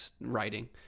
writing